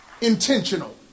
Intentional